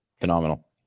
phenomenal